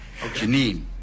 Janine